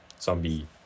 zombie